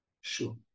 Sure